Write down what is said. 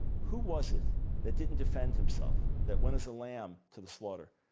who was it that didn't defend himself, that went as a lamb to the slaughter?